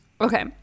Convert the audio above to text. Okay